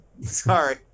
Sorry